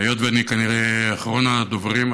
היות שאני כנראה אחרון הדוברים,